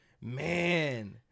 man